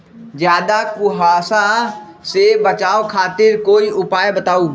ज्यादा कुहासा से बचाव खातिर कोई उपाय बताऊ?